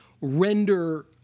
render